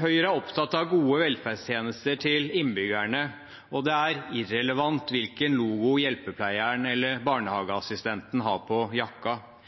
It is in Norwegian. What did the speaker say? Høyre er opptatt av gode velferdstjenester til innbyggere, og det er irrelevant hvilken logo hjelpepleieren eller barnehageassistenten har på